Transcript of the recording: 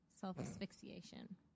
self-asphyxiation